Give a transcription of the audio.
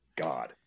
God